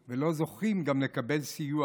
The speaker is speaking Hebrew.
גם לקבל סיוע,